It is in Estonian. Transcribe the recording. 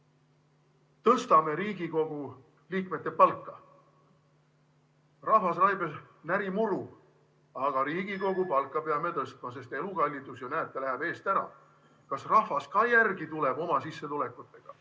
tõstame Riigikogu liikmete palka. Rahvas, raibe, näri muru, aga Riigikogu palka peame tõstma, sest elukallidus ju, näete, läheb eest ära. Kas rahvas ka järele tuleb oma sissetulekutega,